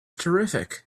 terrific